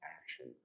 action